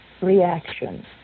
reaction